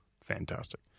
Fantastic